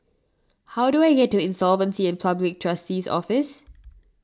how do I get to Insolvency and Public Trustee's Office